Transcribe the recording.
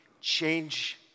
change